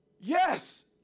Yes